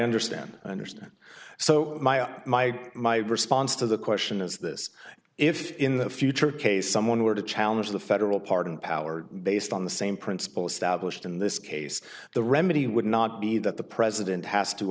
understand understand so my my response to the question is this if in the future case someone were to challenge the federal pardon power based on the same principle established in this case the remedy would not be that the president has to